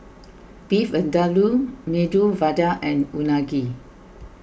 Beef Vindaloo Medu Vada and Unagi